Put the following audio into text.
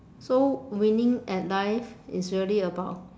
so winning at life is really about